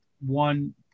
one